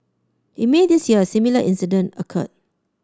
in May this year a similar incident occurred